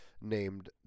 named